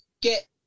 get